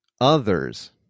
others